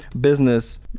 business